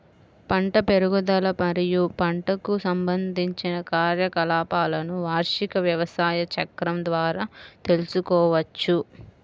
పంట పెరుగుదల మరియు పంటకు సంబంధించిన కార్యకలాపాలను వార్షిక వ్యవసాయ చక్రం ద్వారా తెల్సుకోవచ్చు